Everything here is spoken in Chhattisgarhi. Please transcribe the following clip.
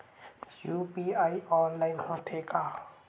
यू.पी.आई ऑनलाइन होथे का?